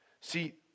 See